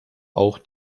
auch